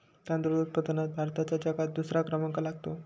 तांदूळ उत्पादनात भारताचा जगात दुसरा क्रमांक लागतो